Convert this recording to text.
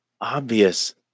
obvious